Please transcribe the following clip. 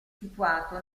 situato